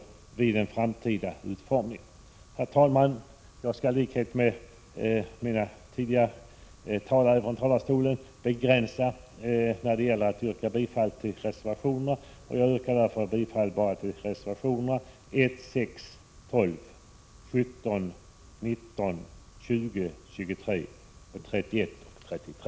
Herr talman! Jag skall i likhet med tidigare talare begränsa mig när det gäller att yrka bifall till reservationer. Jag yrkar därför bifall endast till reservationerna 1, 6, 12, 17, 19, 20, 23, 31 och 33.